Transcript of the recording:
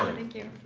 thank you.